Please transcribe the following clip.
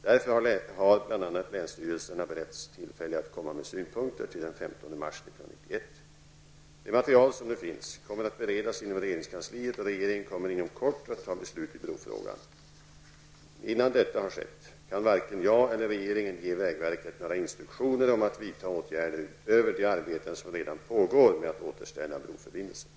Därför har bl.a. länsstyrelserna beretts tillfälle att komma med synpunkter till den 15 mars Det material som nu finns kommer att beredas inom regeringskansliet och regeringen kommer inom kort att fatta beslut i brofrågan. Innan detta har skett kan varken jag eller regeringen ge vägverket några instruktioner om att vidta åtgärder utöver de arbeten som redan pågår med att återställa broförbindelsen.